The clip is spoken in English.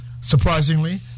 surprisingly